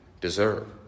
deserve